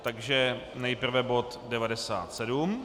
Takže nejprve bod 97.